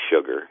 sugar